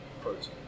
protein